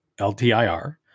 LTIR